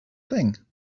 thing